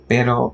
Pero